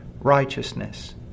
righteousness